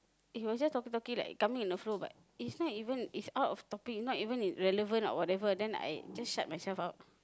he was just talking talking like coming in a flow but is not even is out of topic not even relevant or whatever then I just shut myself out